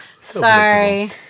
Sorry